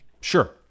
Sure